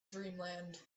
dreamland